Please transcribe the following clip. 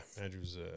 Andrew's